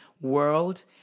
world